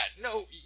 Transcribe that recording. no